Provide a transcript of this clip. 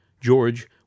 George